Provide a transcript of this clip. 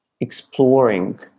exploring